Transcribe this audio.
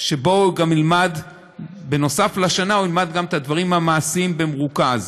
שבו נוסף על השנה הוא ילמד את הדברים המעשיים במרוכז.